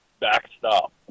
backstop